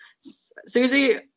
Susie